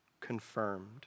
confirmed